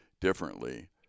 differently